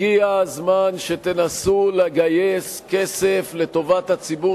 הגיע הזמן שתנסו לגייס כסף לטובת הציבור